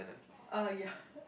ah ya